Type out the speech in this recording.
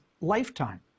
lifetime